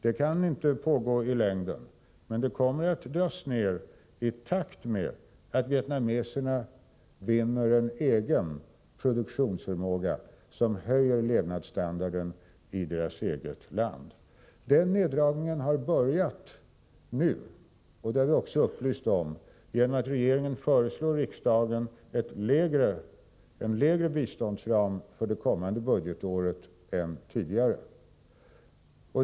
Det kan inte pågå i längden, men neddragningen kommer att ske i takt med att vietnameserna vinner en egen produktionsförmåga, som höjer levnadsstandarden i deras eget land. Neddragningen har börjat nu, och det har vi också upplyst om genom att regeringen föreslår riksdagen en lägre biståndsram för det kommande budgetåret än tidigare.